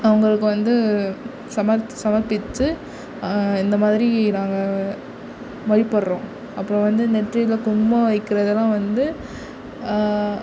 அவங்களுக்கு வந்து சமர்த் சமர்ப்பித்து இந்த மாதிரி நாங்கள் வழிபடுகிறோம் அப்புறோம் வந்து நெற்றியில் குங்குமம் வைக்கிறதுலாம் வந்து